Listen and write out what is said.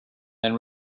then